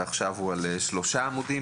עכשיו הוא על שלושה עמודים,